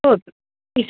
हो सर ठीक